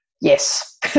yes